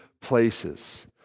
places